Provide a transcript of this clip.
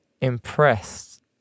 impressed